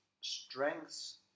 strength's